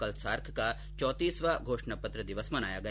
कल सार्क का अवां घोषणा पत्र दिवस मनाया गया